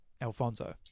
Alfonso